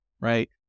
right